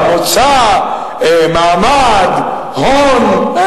גזע, מוצא, מעמד, הון.